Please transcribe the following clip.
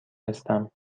هستم